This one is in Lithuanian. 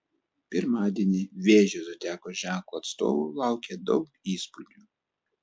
pirmadienį vėžio zodiako ženklo atstovų laukia daug įspūdžių